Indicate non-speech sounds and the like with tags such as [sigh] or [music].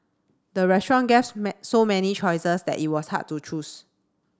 the restaurant gas [unintelligible] so many choices that it was hard to choose